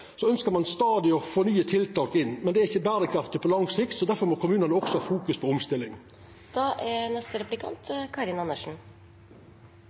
ein stadig å få nye tiltak inn. Men det er ikkje berekraftig på lang sikt. Difor må kommunane også fokusera på